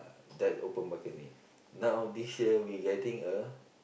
that open balcony now this year we getting a